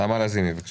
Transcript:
נעמה לזימי, בקשה.